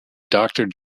doctor